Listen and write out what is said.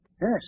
Yes